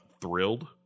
thrilled